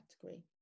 category